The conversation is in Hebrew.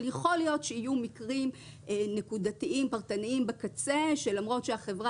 יכול להיות שיהיו מקרים נקודתיים פרטניים בקצה שלמרות שהחברה